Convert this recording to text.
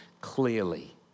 clearly